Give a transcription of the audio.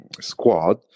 squad